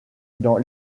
dans